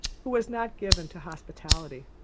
who was not given to hospitality.